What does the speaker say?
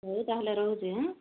ହଉ ତାହେଲେ ରହୁଛି ହଁ